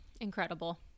Incredible